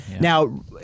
Now